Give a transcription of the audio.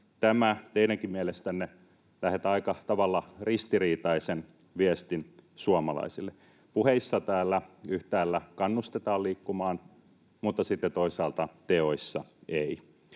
tämä teidänkin mielestänne lähetä aika tavalla ristiriitaisen viestin suomalaisille? Puheissa täällä yhtäällä kannustetaan liikkumaan mutta sitten toisaalta teoissa ei.